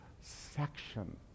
section